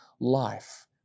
life